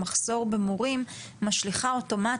הדיון הוא על מחסור במורים בפיזיקה ברחבי הארץ,